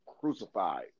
crucified